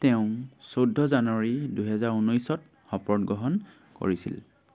তেওঁ চৈধ্য জানুৱাৰী দুহেজাৰ ঊনৈছত শপত গ্ৰহণ কৰিছিল